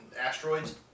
asteroids